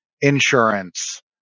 insurance